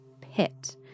pit